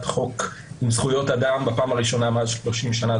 חוק עם זכויות אדם בראשונה מאז 30 שנה.